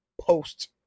post